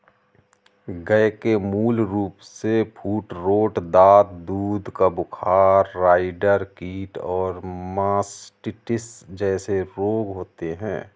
गय के मूल रूपसे फूटरोट, दाद, दूध का बुखार, राईडर कीट और मास्टिटिस जेसे रोग होते हें